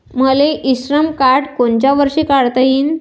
मले इ श्रम कार्ड कोनच्या वर्षी काढता येईन?